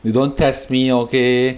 you don't test me okay